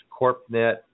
CorpNet